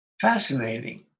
fascinating